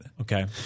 Okay